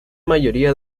mayoría